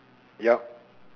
ya